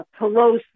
Pelosi